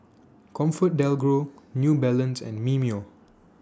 ComfortDelGro New Balance and Mimeo